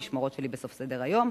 המשמרות שלי בסוף סדר-היום.